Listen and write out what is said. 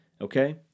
okay